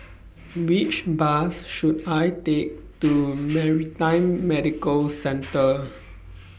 Which Bus should I Take to Maritime Medical Centre